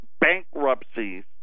bankruptcies